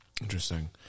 Interesting